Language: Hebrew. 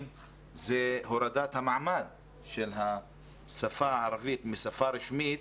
הוא הורדת המעמד של השפה הערבית משפה רשמית